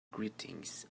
greetings